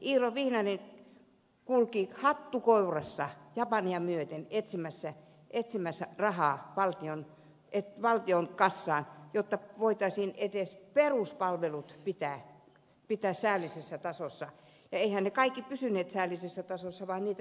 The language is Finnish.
iiro viinanen kulki hattu kourassa japania myöten etsimässä rahaa valtion kassaan jotta voitaisiin edes peruspalvelut pitää säällisessä tasossa ja eiväthän ne kaikki pysyneet säällisessä tasossa vaan niitä jouduttiin leikkaamaan